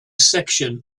section